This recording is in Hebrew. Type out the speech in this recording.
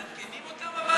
אבל מעדכנים אותם?